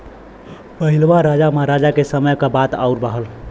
पहिलवा राजा महराजा के समय क बात आउर रहल